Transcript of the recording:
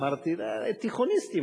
אמרתי: תיכוניסטים,